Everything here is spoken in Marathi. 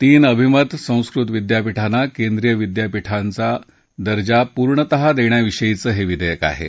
तीन अभिमत संस्कृत विद्यापीठांना केंद्रीय विद्यापीठाचा दर्जा पूर्णतः दक्षाविषयीच हा बिघस्क आहा